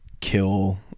kill